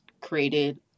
created